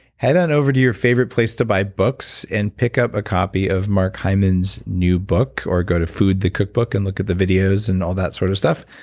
head on over to your favorite place to buy books and pick up a copy of mark hyman's new book, or go to food the cookbook and look the videos, and all that sort of stuff.